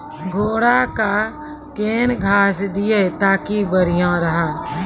घोड़ा का केन घास दिए ताकि बढ़िया रहा?